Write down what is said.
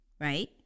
right